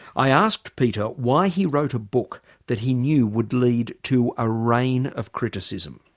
i asked peter why he wrote a book that he knew would lead to a reign of criticism.